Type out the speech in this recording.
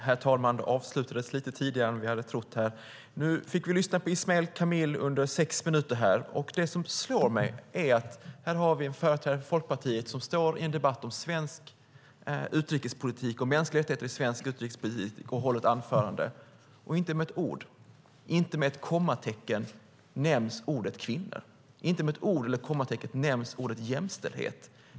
Herr talman! Nu fick vi lyssna på Ismail Kamil under sex minuter. Det som slår mig är att här har vi en företrädare för Folkpartiet som står i en debatt om svensk utrikespolitik och mänskliga rättigheter i svensk utrikespolitik och håller ett anförande - och inte med ett ord, inte med ett kommatecken nämns ordet kvinnor. Inte med ett ord eller ett kommatecken nämns ordet jämställdhet.